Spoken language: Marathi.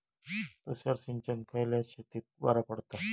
तुषार सिंचन खयल्या शेतीक बरा पडता?